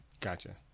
Gotcha